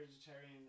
vegetarian